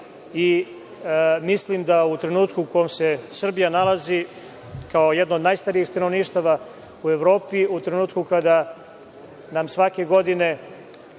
skupa. Mislim da u trenutku u kom se Srbija nalazi, kao jedna od najstarijih stanovništava u Evropi, u trenutku kada nam se svake godine